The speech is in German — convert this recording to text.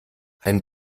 ein